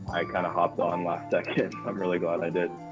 i kind of hopped on last second. i'm really glad i did.